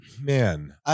man